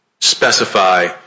specify